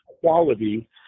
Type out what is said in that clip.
quality